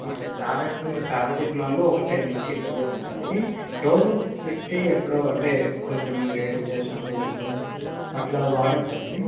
అదే పారాసె పారాసెట్మాల్ ఒక టెన్ ఇచ్చేయండి ఉంటాయి డోలో సిక్స్ ఫిఫ్టీ ఎప్పుడు అంటే కొంచెం వేడి చేసినప్పుడు ఒళ్ళు అట్లా వాడవచ్చా అండి